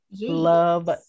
love